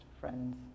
friends